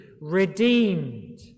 Redeemed